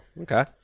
Okay